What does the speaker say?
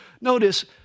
Notice